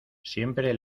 siempre